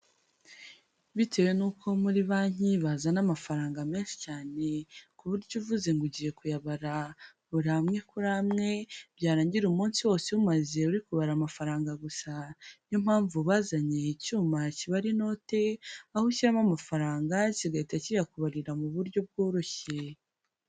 Bitewe n'uko muri banki bazana amafaranga menshi cyane ku buryo uvuze ngo ugiye kuyabara buri amwe kuri amwe, byarangira umunsi wose uwumaze uri kubara amafaranga gusa, ni yo mpamvu bazanye icyuma kibara inote, aho ushyiramo amafaranga kigahita kiyakubarira mu buryo bworoshye.